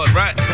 right